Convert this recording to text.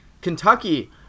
Kentucky